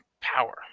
power